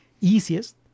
easiest